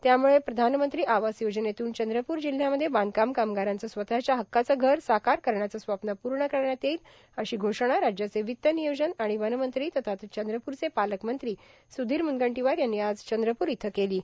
त्यामुळ पंतप्रधान आवास योजनेतून चंद्रपूर जिल्ह्यामध्ये बांधकाम कामगारांचे स्वतःच्या हक्काचे घर साकार करण्याचे स्वप्न पूण करण्यात येईल अशी घोषणा राज्याचे र्वत्त र्नियोजन र्आण वन मंत्री तथा चंद्रपूरचे पालकमंत्री सुधीर मुनगंटोवार यांनी आज चंद्रपूर इथ केलो